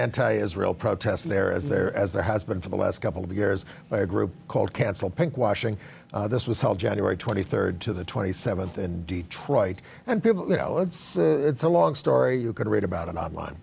anti israel protests there as there as there has been for the last couple of years by a group called cancel pink washing this was held january twenty third to the twenty seventh in detroit and people you know it's a long story you could read about it online